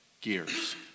gears